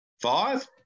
five